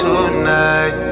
Tonight